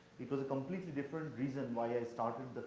it was a completely different reason why i started the